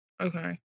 Okay